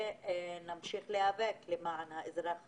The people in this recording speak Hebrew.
ואמשיך להיאבק למען האזרח הפשוט.